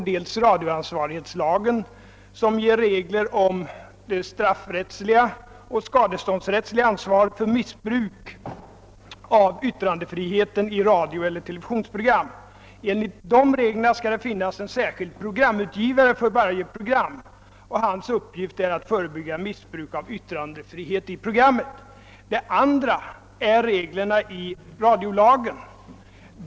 För det första har vi radioansvarighetslagen, som ger regler om det straffrättsliga och skadeståndsrättsliga ansvaret för missbruk av yttrandefrihe ten i radioeller televisionsprogram. Enligt dessa regler skall det finnas en särskild programutgivare för varje program, och hans uppgift är att förebygga missbruk av yttrandefriheten i programmet. För det andra har vi reglerna i radiolagen.